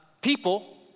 people